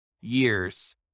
years